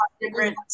different